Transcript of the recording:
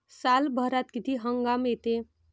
सालभरात किती हंगाम येते?